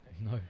No